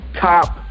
top